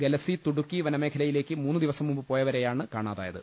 ഗലസി തുടുക്കി വന മേഖലയിലേക്ക് മൂന്ന് ദിവസം മുൻപു പോയവരെയാണ് കാണാതായത്